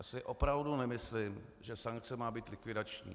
Já si opravdu nemyslím, že sankce má být likvidační.